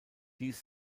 dies